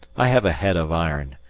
i have a head of iron,